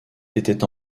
était